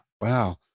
Wow